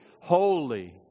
holy